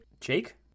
Jake